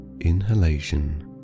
inhalation